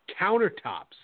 countertops